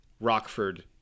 Rockford